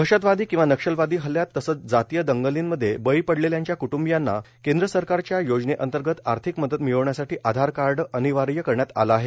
दहशतवादी किंवा नक्षलवादी हल्ल्यात तसंच जातीय दंगर्लीमधे बळी पडलेल्यांच्या कुटुंबियांना केंद्र सरकारच्या योजने अंतर्गत आर्थिक मदत मिळवण्यासाठी आधार कार्ड अनिवार्य करण्यात आलं आहे